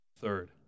Third